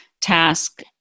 task